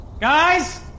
Guys